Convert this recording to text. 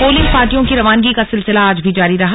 polling पार्टियों की रवानगी का सिलसिला आज भी जारी रहा